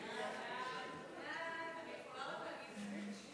אני יכולה להגיד,